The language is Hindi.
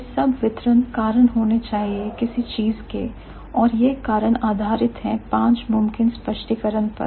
यह सब वितरण कारण होने चाहिए किसी चीज के और यह कारण आधारित है 5 मुमकिन स्पष्टीकरण पर